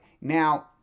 now